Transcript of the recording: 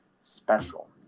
special